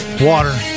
Water